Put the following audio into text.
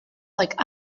like